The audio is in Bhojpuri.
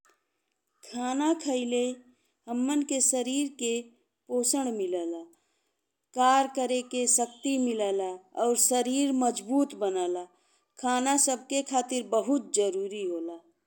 खाना खइले हम्मन के शरीर के पोषण मिलेला, कार्य करेले शक्ति मिलेला, और शरीर मजबूत बनेला। खाना सबले खातिर बहुत जरूरी होला।